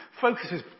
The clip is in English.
focuses